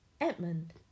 Edmund